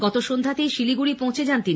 গত সন্ধ্যাতেই শিলিগুড়ি পৌঁছে যান তিনি